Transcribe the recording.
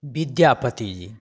Vidyapati ji